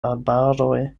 arbaroj